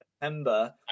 September